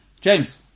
James